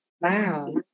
Wow